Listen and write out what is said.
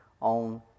on